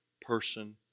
person